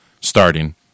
starting